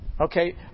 Okay